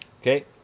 Okay